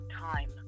time